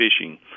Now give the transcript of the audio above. Fishing